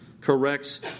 corrects